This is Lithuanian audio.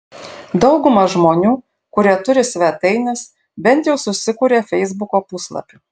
dauguma žmonių kurie turi svetaines bent jau susikuria feisbuko puslapį